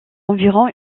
environ